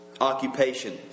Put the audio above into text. occupation